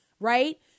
Right